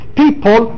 people